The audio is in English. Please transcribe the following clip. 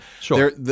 Sure